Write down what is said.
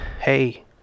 hey